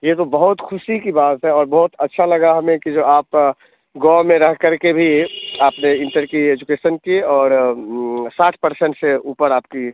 ये तो बूत ख़ुशी की बात है और बहुत अच्छा लगा हमें कि जो आप गाँव में रह कर के भी आपने इंटर की एजुकेसन की और साठ पर्सेंट से ऊपर आपके